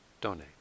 donate